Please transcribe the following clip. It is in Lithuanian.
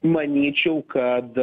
manyčiau kad